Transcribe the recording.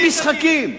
בלי משחקים,